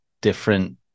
different